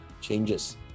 changes